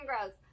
gross